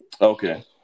Okay